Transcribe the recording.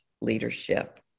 leadership